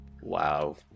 Wow